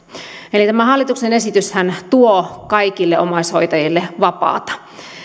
tämä hallituksen esityshän tuo kaikille omaishoitajille vapaata